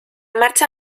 marcha